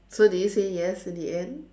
so did you say yes in the end